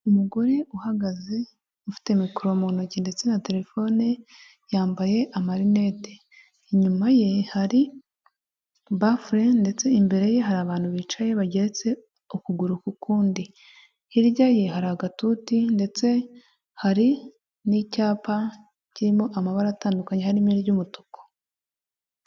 Umugore uhagaze ufite mikoro mu ntoki ndetse na terefone yambaye amarinete, inyuma ye hari bafure ndetse imbere ye hari abantu bicaye bageretse ukuguru k'ukundi, hirya ye hari agatuti ndetse hari n'icyapa kirimo amabara atandukanye harimo iry'umutuku.